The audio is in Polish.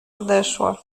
odeszła